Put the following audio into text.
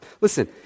Listen